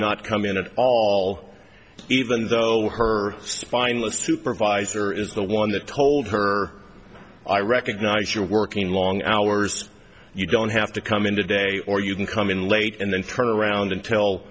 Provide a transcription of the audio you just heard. not come in at all even though her spineless supervisor is the one that told her i recognize you're working long hours you don't have to come in today or you can come in late and then turn around